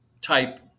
type